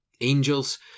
Angels